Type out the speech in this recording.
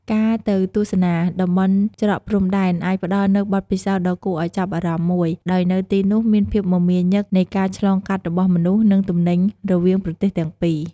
ការទៅទស្សនា តំបន់ច្រកព្រំដែន អាចផ្តល់នូវបទពិសោធន៍ដ៏គួរឱ្យចាប់អារម្មណ៍មួយ ដោយនៅទីនោះមានភាពមមាញឹកនៃការឆ្លងកាត់របស់មនុស្ស និងទំនិញរវាងប្រទេសទាំងពីរ។